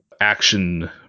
action